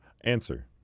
Answer